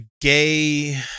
gay